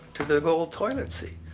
to the gold toilet seat.